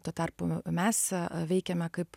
tuo tarpu mes veikiame kaip